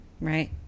right